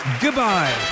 Goodbye